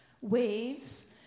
waves